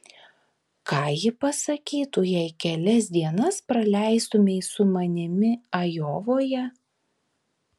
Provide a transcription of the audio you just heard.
ką ji pasakytų jei kelias dienas praleistumei su manimi ajovoje